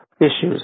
issues